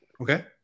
Okay